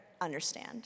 understand